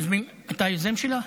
אתה היוזם שלה,